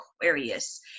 Aquarius